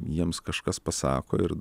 jiems kažkas pasako ir